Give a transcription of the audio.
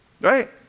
right